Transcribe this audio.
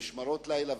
במשמרות לילה,